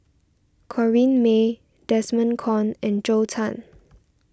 Corrinne May Desmond Kon and Zhou Can